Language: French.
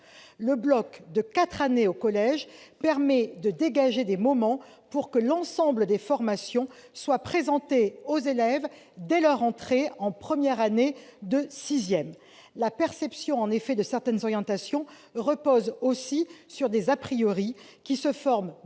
Le bloc de quatre années de collège permet de dégager des moments pour que l'ensemble des formations soit présenté aux élèves dès la rentrée en première année, soit en sixième. La perception de certaines orientations repose aussi sur des, qui se forment,